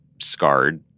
scarred